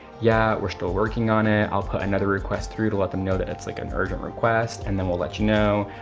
yeah, we're still working on it. i'll put another request through to let them know that it's like an urgent request and then we'll let you know.